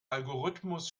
algorithmus